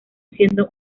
siendo